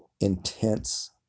intense